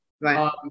Right